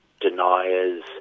deniers